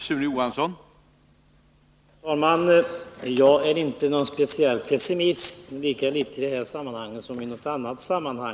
Herr talman! Jag är inte speciellt pessimistisk i det här sammanhanget, lika litet som i något annat.